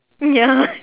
ya